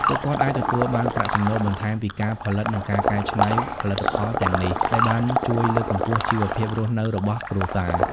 ពួកគាត់អាចទទួលបានប្រាក់ចំណូលបន្ថែមពីការផលិត និងការកែច្នៃផលិតផលទាំងនេះ ដែលបានជួយលើកកម្ពស់ជីវភាពរស់នៅរបស់គ្រួសារ។